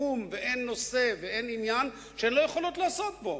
תחום ואין נושא ואין עניין שהן לא יכולות לעסוק בו.